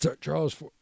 Charles